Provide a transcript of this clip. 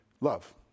love